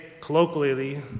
colloquially